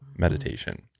meditation